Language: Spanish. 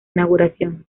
inauguración